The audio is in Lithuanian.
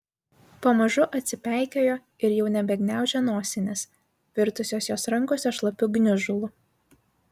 pamažu atsipeikėjo ir jau nebegniaužė nosinės virtusios jos rankose šlapiu gniužulu